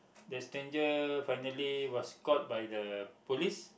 the stranger finally was caught by the police